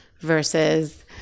versus